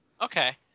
Okay